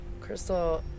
Crystal